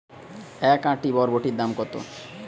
এক আঁটি বরবটির দাম কত?